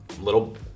little